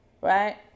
right